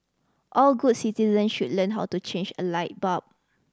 all good citizen should learn how to change a light bulb